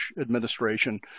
administration